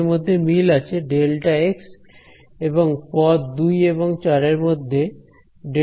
এদের মধ্যে মিল আছে Δx এবং পথ 2 এবং চারের মধ্যে Δy